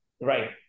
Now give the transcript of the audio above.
Right